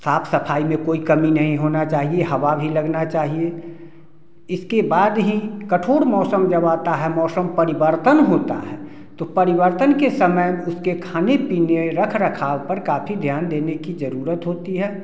साफ सफाई में कोई कमी नहीं होना चाहिए हवा भी लगना चाहिए इसके बाद कठोर मौसम जब आता है मौसम परिवर्तन होता है तो परिवर्तन के समय उसके खाने पीने रख रखाव पर काफी ध्यान देने की जरूरत होती है